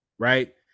Right